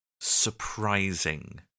surprising